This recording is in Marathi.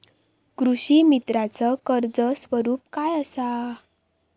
कृषीमित्राच कर्ज स्वरूप काय असा?